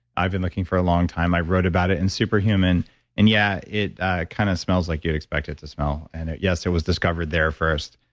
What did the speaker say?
i've been looking for a long time. i wrote about it in super human and yeah, it ah kind of smells like you'd expect it to smell and, yes, it was discovered there first.